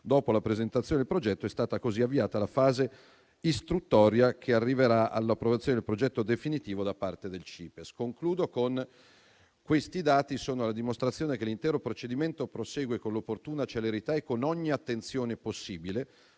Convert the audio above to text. Dopo la presentazione del progetto, è stata così avviata la fase istruttoria, che arriverà all'approvazione del progetto definitivo da parte del CIPESS. Questi dati sono la dimostrazione che l'intero procedimento prosegue con l'opportuna celerità e con ogni attenzione possibile,